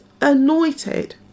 anointed